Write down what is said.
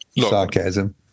Sarcasm